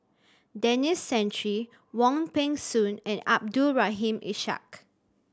Denis Santry Wong Peng Soon and Abdul Rahim Ishak